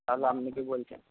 তাহলে আপনি কি বলছেন